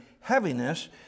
heaviness